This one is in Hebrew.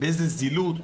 באיזו זילות,